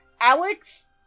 Alex